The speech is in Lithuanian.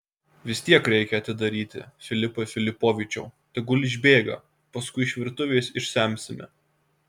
vis tiek reikia atidaryti filipai filipovičiau tegul išbėga paskui iš virtuvės išsemsime